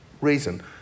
reason